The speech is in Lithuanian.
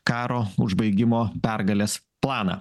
karo užbaigimo pergalės planą